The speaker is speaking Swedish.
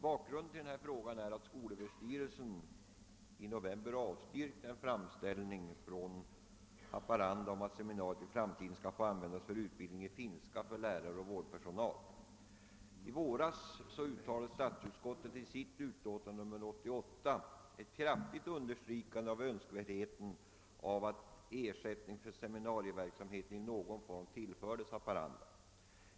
Bakgrunden till denna fråga är att skolöverstyrelsen i november avstyrkte en framställning från Haparanda stad om att seminariet i framtiden skall få användas för utbildning i finska av lärare och vårdpersonal. I våras gjorde statsutskottet i sitt utlåtande nr 88 ett kraftigt understrykande av önskvärdheten av att ersättning för seminarieverksamheten i någon form tillfördes Haparanda.